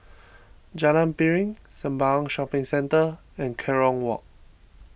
Jalan Piring Sembawang Shopping Centre and Kerong Walk